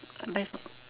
I buy from